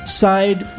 side